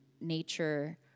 nature